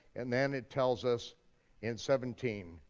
and then it tells us in seventeen,